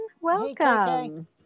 Welcome